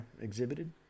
exhibited